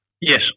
Yes